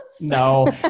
no